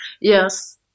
yes